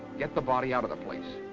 get the body out of the place.